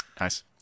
Nice